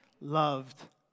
loved